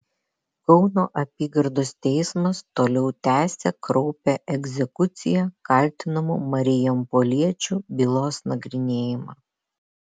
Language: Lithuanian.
kauno apygardos teismas toliau tęsia kraupią egzekucija kaltinamų marijampoliečių bylos nagrinėjimą